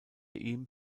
ihm